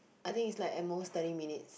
I think it's like at most thirty minutes